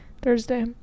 Thursday